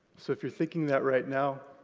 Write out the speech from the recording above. so if you're thinking that right now,